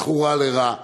הזכורה לרעה.